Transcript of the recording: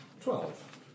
Twelve